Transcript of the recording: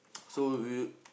so we